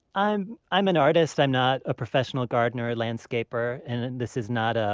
i'm i'm an artist, i'm not a professional gardener or landscaper, and this is not ah